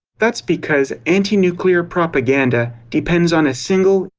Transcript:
that's because anti-nuclear propaganda depends on a single,